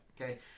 Okay